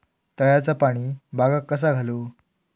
तळ्याचा पाणी बागाक कसा घालू?